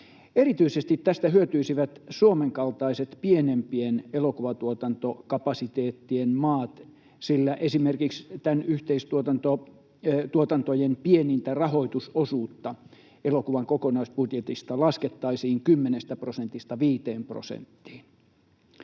Erityisesti tästä hyötyisivät Suomen kaltaiset pienempien elokuvatuotantokapasiteettien maat, sillä esimerkiksi tätä yhteistuotantojen pienintä rahoitusosuutta elokuvan kokonaisbudjetista laskettaisiin 10 prosentista 5 prosenttiin.